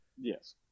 Yes